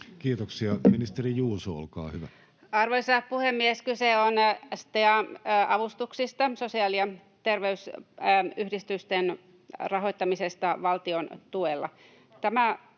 Kiuru sd) Time: 16:44 Content: Arvoisa puhemies! Kyse on STEA-avustuksista, sosiaali- ja terveysyhdistysten rahoittamisesta valtion tuella.